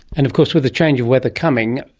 and of course with a change of weather coming.